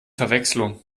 verwechslung